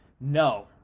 No